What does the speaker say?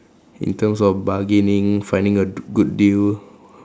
in terms of bargaining finding a good deal